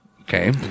okay